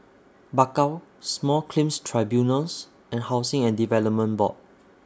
Bakau Small Claims Tribunals and Housing and Development Board